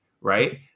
right